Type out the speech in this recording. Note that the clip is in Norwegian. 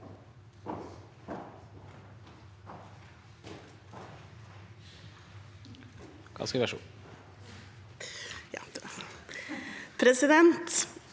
Presidenten